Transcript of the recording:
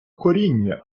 коріння